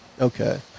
okay